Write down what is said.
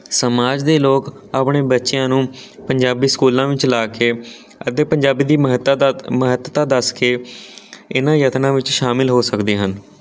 ਸਮਾਜ ਦੇ ਲੋਕ ਆਪਣੇ ਬੱਚਿਆਂ ਨੂੰ ਪੰਜਾਬੀ ਸਕੂਲਾਂ ਵਿੱਚ ਲਾ ਕੇ ਅਤੇ ਪੰਜਾਬੀ ਦੀ ਮਹੱਤਾਤ ਮਹੱਤਤਾ ਦੱਸ ਕੇ ਇਹਨਾਂ ਯਤਨਾਂ ਵਿੱਚ ਸ਼ਾਮਿਲ ਹੋ ਸਕਦੇ ਹਨ